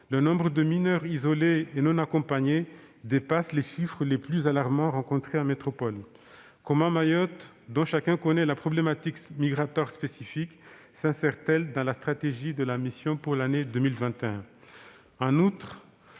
Le nombre de mineurs isolés et non accompagnés dépasse les chiffres les plus alarmants rencontrés en métropole. Comment Mayotte, dont chacun connaît la problématique migratoire spécifique, s'insère-t-elle dans la stratégie de la mission pour l'année 2021 ?